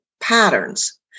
patterns